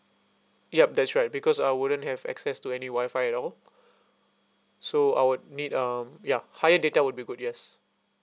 yup that's right because I wouldn't have access to any wifi at all so I would need um ya higher data would be good yes